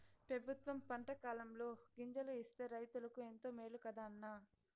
పెబుత్వం పంటకాలంలో గింజలు ఇస్తే రైతులకు ఎంతో మేలు కదా అన్న